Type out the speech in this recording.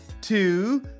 two